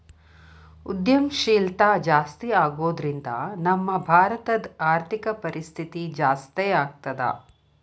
ಉದ್ಯಂಶೇಲ್ತಾ ಜಾಸ್ತಿಆಗೊದ್ರಿಂದಾ ನಮ್ಮ ಭಾರತದ್ ಆರ್ಥಿಕ ಪರಿಸ್ಥಿತಿ ಜಾಸ್ತೇಆಗ್ತದ